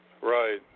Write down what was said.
Right